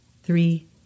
three